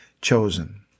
chosen